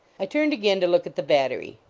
i turned again to look at the battery.